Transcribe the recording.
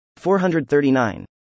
439